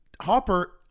Hopper